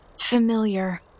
familiar